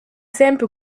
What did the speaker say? simple